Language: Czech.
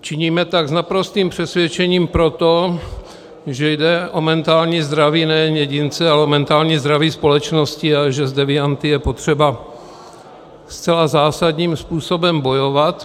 Činíme tak s naprostým přesvědčením proto, že jde o mentální zdraví nejen jedince, ale o mentální zdraví společnosti, a že s devianty je potřeba zcela zásadním způsobem bojovat.